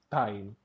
time